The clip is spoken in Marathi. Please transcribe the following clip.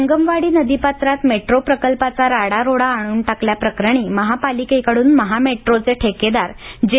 संगमवाडी नदीपात्रात मेट्रो प्रकल्पाचा राडारोडा आणून टाकल्याप्रकरणी महापालिकेकड्रन महामेट्रोचे ठेकेदार जे